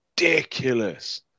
ridiculous